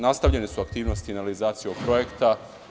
Nastavljene su aktivnosti finalizacije ovog projekta.